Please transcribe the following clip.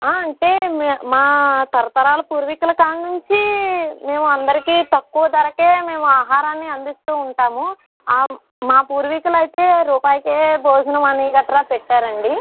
అంటే మే మా తరతరాలు పూర్వీకుల కాడనుంచి మేము అందరికీ తక్కువ ధరకే మేము ఆహారాన్ని అందిస్తూ ఉంటాము మా పూర్వీకులయితే రూపాయికే భోజనం అనీ గట్రా పెట్టారండి